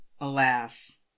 alas